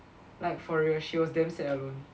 like for real she was damn sad alone